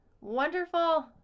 Wonderful